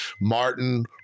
Martin